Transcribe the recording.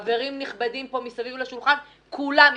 חברים נכבדים פה מסביב לשולחן כולם,